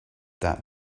that